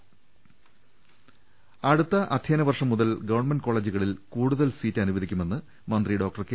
രദ്ദമ്പ്പെട്ടറ അടുത്ത അധ്യയന വർഷം മുതൽ ഗവൺമെന്റ് കോളജുകളിൽ കൂടുതൽ സീറ്റ് അനുവദിക്കുമെന്ന് മന്ത്രി ഡോക്ടർ കെ